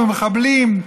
מחבלים,